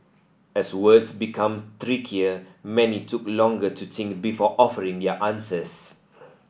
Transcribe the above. as words became trickier many took longer to think before offering their answers